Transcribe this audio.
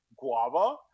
guava